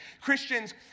Christians